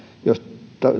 jos